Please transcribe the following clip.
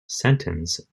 sentence